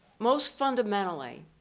most fundamentally,